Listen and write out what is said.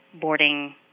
boarding